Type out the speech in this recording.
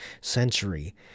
century